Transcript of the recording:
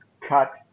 cut